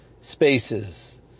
spaces